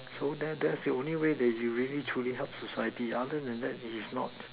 so there that's the only way that you truly helps the society other than that is not